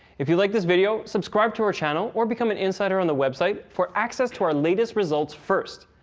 if you like this video, subscribe to our channel, or become an insider on the website for access to our latest results first!